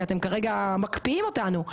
כי אתם כרגע מקפיאים אותנו,